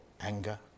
anger